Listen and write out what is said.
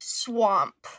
swamp